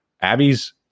Abby's